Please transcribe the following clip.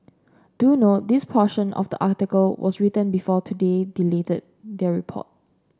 do note this portion of the article was written before today deleted their report